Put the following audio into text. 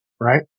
right